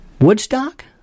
Woodstock